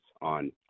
on